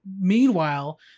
meanwhile